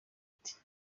ati